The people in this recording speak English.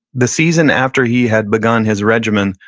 the season after he had begun his regimen,